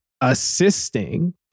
assisting